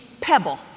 pebble